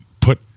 put